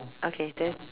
okay then